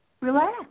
relax